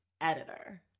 editor